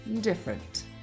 different